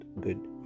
good